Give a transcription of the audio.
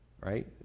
right